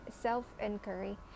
self-inquiry